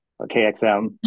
KXM